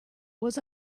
was